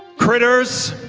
critters.